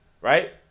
right